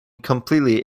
completely